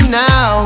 now